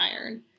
iron